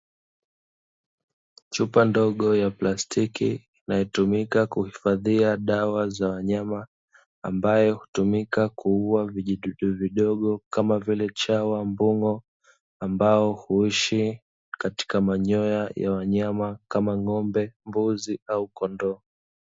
Chupa ndogo ya plastiki inayotumika kuhifadhia dawa za wanyama, ambayo hutumika kuuwa vijidudu vidogo kama vile; chawa, mbung'o ambao huishi katika manyoya ya wanyama kama, ng'ombe, mbuzi au kondoo.